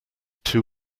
two